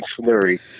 slurry